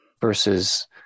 versus